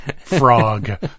frog